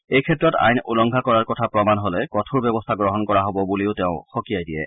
এইক্ষেত্ৰত আইন উলংঘা কৰাৰ কথা প্ৰমাণিত হ'লে কঠোৰ ব্যৱস্থা গ্ৰহণ কৰা হ'ব বুলিও তেওঁ সকীয়াই দিয়ে